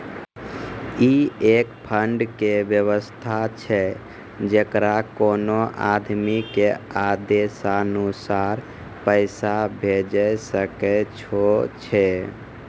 ई एक फंड के वयवस्था छै जैकरा कोनो आदमी के आदेशानुसार पैसा भेजै सकै छौ छै?